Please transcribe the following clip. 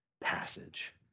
passage